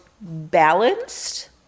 balanced